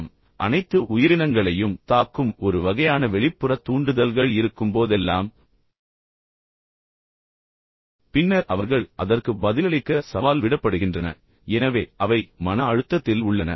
ஆம் அனைத்து உயிரினங்களையும் தாக்கும் ஒரு வகையான வெளிப்புற தூண்டுதல்கள் இருக்கும்போதெல்லாம் பின்னர் அவர்கள் அதற்கு பதிலளிக்க சவால் விடப்படுகின்றன எனவே அவை மன அழுத்தத்தில் உள்ளன